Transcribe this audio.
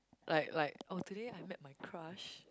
like like oh today I met my crush